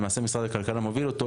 למעשה משרד הכלכלה מוביל אותו,